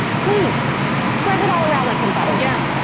please spread it all around like confetti yeah,